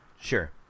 Sure